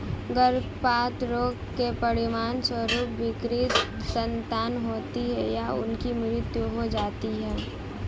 गर्भपात रोग के परिणामस्वरूप विकृत संतान होती है या उनकी मृत्यु हो सकती है